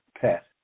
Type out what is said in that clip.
pet